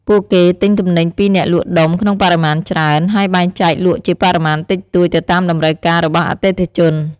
ពួកគេទិញទំនិញពីអ្នកលក់ដុំក្នុងបរិមាណច្រើន ហើយបែងចែកលក់ជាបរិមាណតិចតួចទៅតាមតម្រូវការរបស់អតិថិជន។